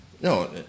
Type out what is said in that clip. No